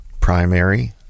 primary